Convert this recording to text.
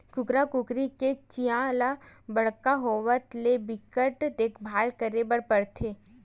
कुकरा कुकरी के चीया ल बड़का होवत ले बिकट देखभाल करे ल परथे